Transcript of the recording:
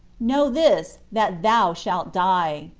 know this, that thou shalt die.